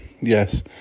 Yes